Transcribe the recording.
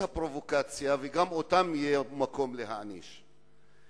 הפרובוקציה ויהיה מקום להעניש גם אותם?